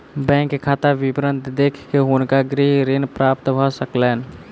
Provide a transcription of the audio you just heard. bank खाता विवरण देख के हुनका गृह ऋण प्राप्त भ सकलैन